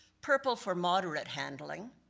purple for moderate handling,